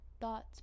thoughts